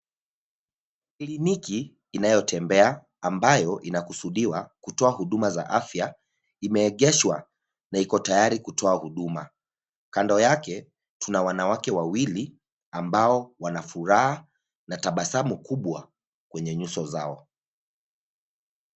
Kliniki inayotembea ambayo inakusudiwa kutoa huduma za afya imeegeshwa na iko tayari kutoa huduma. Kando yake tuna wanawake wawili ambao wana furaha na tabasamu kubwa kwenye nyuso zao.